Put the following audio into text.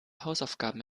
hausaufgaben